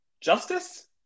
Justice